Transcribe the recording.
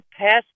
past